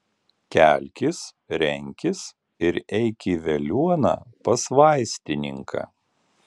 kelkis renkis ir eik į veliuoną pas vaistininką